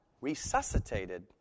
resuscitated